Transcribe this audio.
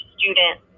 student